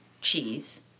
cheese